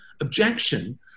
objection